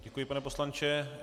Děkuji, pane poslanče.